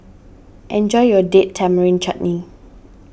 enjoy your Date Tamarind Chutney